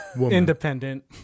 independent